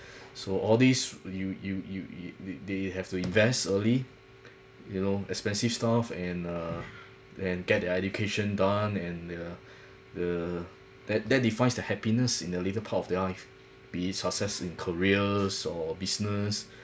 so all these you you you you they they have to invest early you know expensive stuff and uh and get their education done and uh the that that defines the happiness in the later part of their life be it success in careers or business